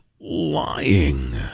lying